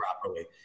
properly